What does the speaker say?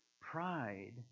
Pride